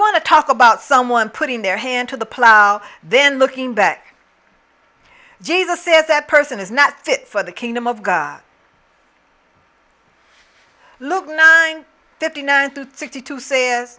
want to talk about someone putting their hand to the plow then looking back jesus says that person is not fit for the kingdom of god look nine fifty nine to thirty two say